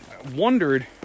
wondered